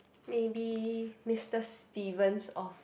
maybe Mr Steven's of